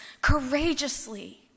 courageously